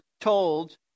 told